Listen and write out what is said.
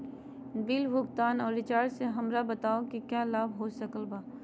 Bill भुगतान और recharge से हमरा बताओ कि क्या लाभ हो सकल बा?